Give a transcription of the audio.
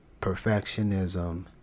perfectionism